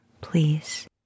please